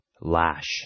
Lash